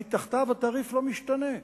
שמתחתיו התעריף לא משתנה,